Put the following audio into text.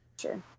sure